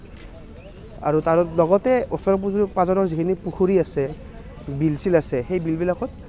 আৰু তাৰ লগতে ওচৰ পুজ পাঁজৰৰ যিখিনি পুখুৰী আছে বিল চিল আছে সেই বিলবিলাকত